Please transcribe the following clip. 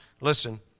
listen